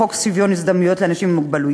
חוק שוויון זכויות לאנשים עם מוגבלות,